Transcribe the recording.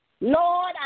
Lord